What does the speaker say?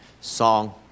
song